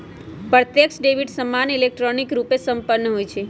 प्रत्यक्ष डेबिट सामान्य इलेक्ट्रॉनिक रूपे संपन्न होइ छइ